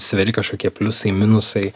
sveri kažkokie pliusai minusai